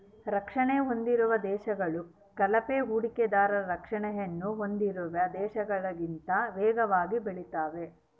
ರಕ್ಷಣೆ ಹೊಂದಿರುವ ದೇಶಗಳು ಕಳಪೆ ಹೂಡಿಕೆದಾರರ ರಕ್ಷಣೆಯನ್ನು ಹೊಂದಿರುವ ದೇಶಗಳಿಗಿಂತ ವೇಗವಾಗಿ ಬೆಳೆತಾವೆ